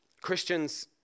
Christians